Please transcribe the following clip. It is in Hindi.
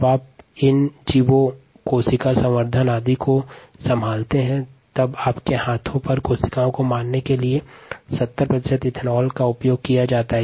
जब आप इन जीवों या कोशिका संवर्धन को संभालते हैं तब हाथों के निर्जमिकरण के लिए 70 प्रतिशत् इथेनॉल का उपयोग करते है